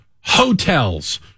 hotels